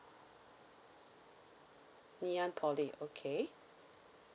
ngeeann poly okay